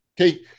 Okay